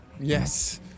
Yes